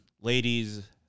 ladies